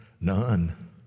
None